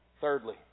Thirdly